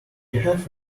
have